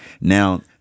Now